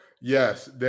Yes